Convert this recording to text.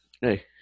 hey